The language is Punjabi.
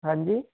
ਹਾਂਜੀ